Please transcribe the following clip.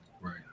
right